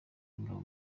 ingabo